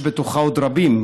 יש בתוכה עוד רבים,